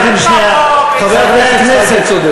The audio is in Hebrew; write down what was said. חברי הכנסת, חברי הכנסת.